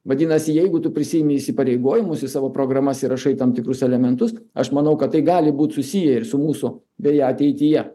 vadinasi jeigu tu prisiimi įsipareigojimus į savo programas įrašai tam tikrus elementus aš manau kad tai gali būt susiję ir su mūsų beje ateityje